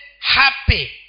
happy